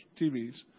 TVs